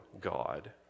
God